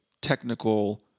technical